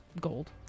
gold